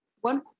One